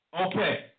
Okay